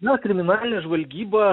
na kriminalinė žvalgyba